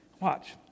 Watch